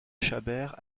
chabert